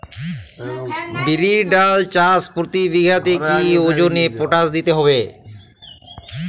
বিরির ডাল চাষ প্রতি বিঘাতে কি ওজনে পটাশ দিতে হবে?